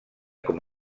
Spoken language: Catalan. com